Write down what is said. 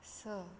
स